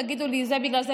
ותגידו לי: זה בגלל זה,